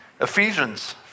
Ephesians